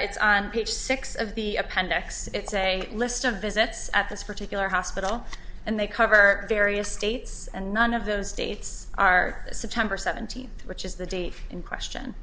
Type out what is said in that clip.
it's on page six of the appendix it's a list of visits at this particular hospital and they cover various states and none of those states are sometimes or seventeen which is the date in question